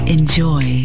Enjoy